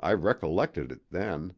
i recollected it then